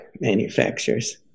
manufacturers